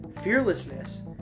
fearlessness